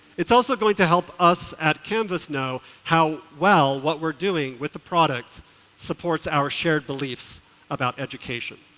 it's also going to help us at canvass know how well what we're doing with the product supports our shared beliefs about education.